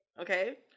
okay